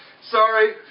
sorry